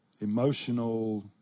emotional